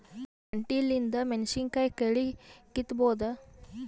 ಈ ಕಂಟಿಲಿಂದ ಮೆಣಸಿನಕಾಯಿ ಕಳಿ ಕಿತ್ತಬೋದ?